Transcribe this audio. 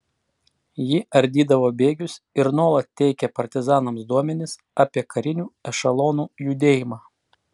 ji ardydavo bėgius ir nuolat teikė partizanams duomenis apie karinių ešelonų judėjimą